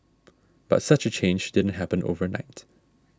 but such a change didn't happen overnight